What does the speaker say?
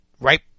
right